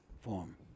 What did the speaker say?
form